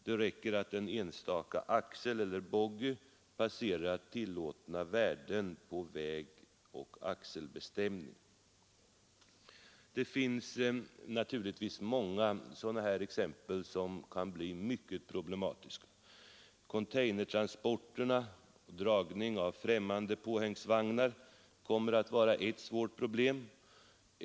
Det räcker att en enstaka axel eller boggie passerat tillåtna värden på väg och fast axelbelastning. Det finns naturligtvis många sådana exempel, som kan bli mycket problematiska. Containertransporterna och dragning av främmande påhängsvagnar kommer t.ex. att bli ett svårt problem.